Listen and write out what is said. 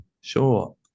Sure